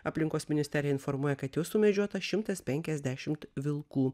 aplinkos ministerija informuoja kad jau sumedžiota šimtas penkiasdešimt vilkų